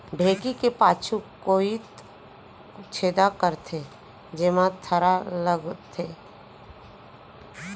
ढेंकी के पाछू कोइत छेदा करथे, जेमा थरा लगथे